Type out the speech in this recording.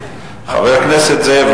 חבר הכנסת זאב,